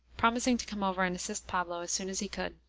promising to come over and assist pablo as soon as he could.